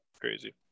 crazy